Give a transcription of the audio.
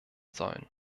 sollen